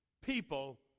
people